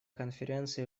конференции